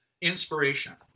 inspiration